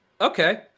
okay